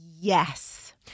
yes